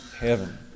heaven